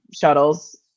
shuttles